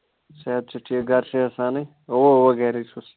صحت چھےٚ ٹھیٖک گرِ چھا احسانٕے اووا اووا گرے چھُس